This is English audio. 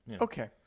Okay